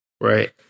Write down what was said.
Right